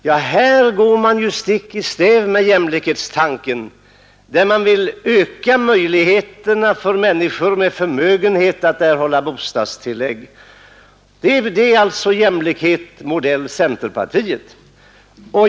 Jo, här går man stick i stäv mot jämlikhetstanken, då man vill öka möjligheterna för människor med förmögenhet att erhålla bostadstillägg. Det är alltså jämlikhet modell centerpartiet!